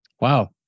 Wow